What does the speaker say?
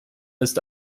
ist